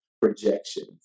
projections